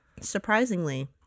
surprisingly